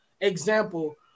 example